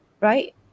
right